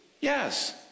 yes